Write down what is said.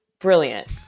brilliant